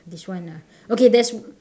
this one ah okay there's